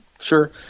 Sure